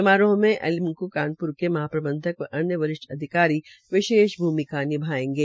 समारोह में एल्म्कों कानप्र के महाप्रबंधक व अन्य वरिष्ठ अधिकारी विशेष भ्रमिका निभायेंगे